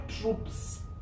troops